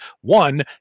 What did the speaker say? One